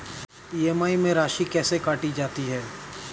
EMI में राशि कैसे काटी जाती है?